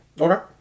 Okay